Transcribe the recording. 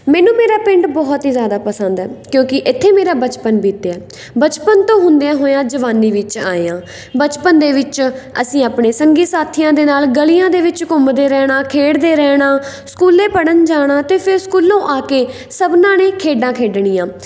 ਮੈਨੂੰ ਮੇਰਾ ਪਿੰਡ ਬਹੁਤ ਹੀ ਜ਼ਿਆਦਾ ਪਸੰਦ ਹੈ ਕਿਉਂਕਿ ਇੱਥੇ ਮੇਰਾ ਬਚਪਨ ਬੀਤਿਆ ਬਚਪਨ ਤੋਂ ਹੁੰਦਿਆਂ ਹੋਇਆਂ ਜਵਾਨੀ ਵਿੱਚ ਆਏ ਹਾਂ ਬਚਪਨ ਦੇ ਵਿੱਚ ਅਸੀਂ ਆਪਣੇ ਸੰਗੀ ਸਾਥੀਆਂ ਦੇ ਨਾਲ ਗਲੀਆਂ ਦੇ ਵਿੱਚ ਘੁੰਮਦੇ ਰਹਿਣਾ ਖੇਡਦੇ ਰਹਿਣਾ ਸਕੂਲੇ ਪੜ੍ਹਨ ਜਾਣਾ ਅਤੇ ਫੇਰ ਸਕੂਲੋਂ ਆ ਕੇ ਸਭਨਾਂ ਨੇ ਖੇਡਾਂ ਖੇਡਣੀਆਂ